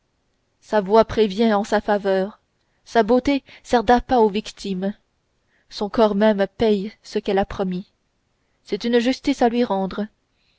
sa voix prévient en sa faveur sa beauté sert d'appât aux victimes son corps même paye ce qu'elle a promis c'est une justice à lui rendre